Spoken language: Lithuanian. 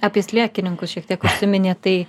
apie sliekininkus šiek tiek užsiminėt tai